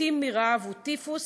מתים" מרעב או טיפוס.